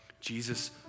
Jesus